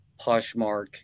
poshmark